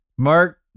Mark